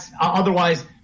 Otherwise